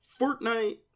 Fortnite